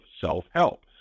Self-Help